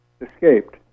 escaped